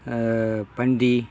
பன்றி